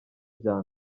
bya